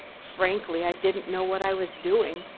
frankly, i didn't know what i was doing,